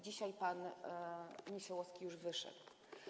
Dzisiaj pan Niesiołowski już wyszedł.